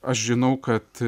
aš žinau kad